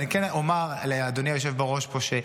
אבל כן אומר לאדוני היושב בראש פה,